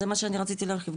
זה מה שרציתי להרחיב,